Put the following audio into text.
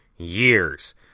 Years